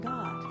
God